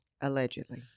allegedly